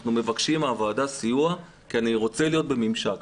אנחנו מבקשים מהוועדה סיוע כי אני רוצה להיות בממשק.